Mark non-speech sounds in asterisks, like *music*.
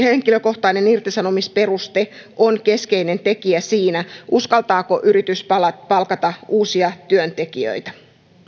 *unintelligible* henkilökohtainen irtisanomisperuste on keskeinen tekijä siinä uskaltaako yritys palkata palkata uusia työntekijöitä